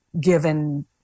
given